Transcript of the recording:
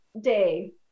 day